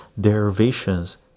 derivations